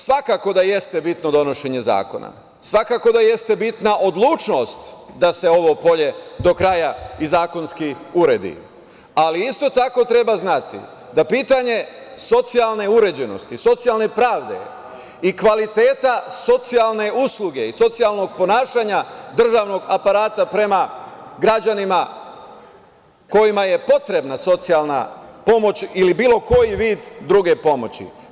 Svakako da jeste bitno donošenje zakona, svakako da jeste bitna odlučnost da se ovo polje do kraja i zakonski uredi, ali isto tako treba znati da je za pitanje socijalne uređenosti, socijalne pravde i kvaliteta socijalne usluge i socijalnog ponašanja državnog aparata prema građanima kojima je potrebna socijalna pomoć ili bilo koji vid druge pomoći…